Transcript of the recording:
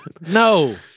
No